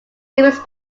limits